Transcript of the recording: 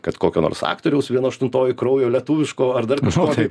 kad kokio nors aktoriaus viena aštuntoji kraujo lietuviško ar dar kažko tai